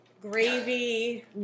gravy